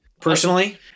Personally